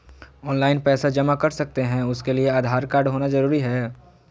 Online पैसा जमा कर सकते हैं उसके लिए आधार कार्ड होना जरूरी है?